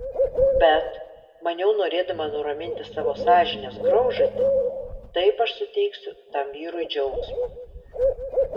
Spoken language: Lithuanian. bet maniau norėdama nuraminti savo sąžinės graužatį taip aš suteiksiu tam vyrui džiaugsmo